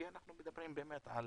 כי אנחנו מדברים באמת על